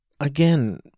again